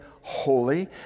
holy